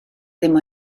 ddim